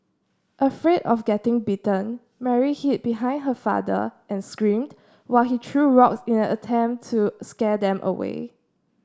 afraid of getting bitten Mary hid behind her father and screamed while he threw rocks in an attempt to scare them away